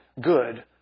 good